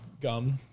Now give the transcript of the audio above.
gum